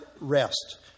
rest